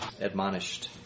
admonished